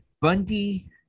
Bundy